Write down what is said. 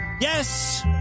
Yes